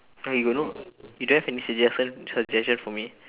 eh you got no you don't have any suggestion suggestion for me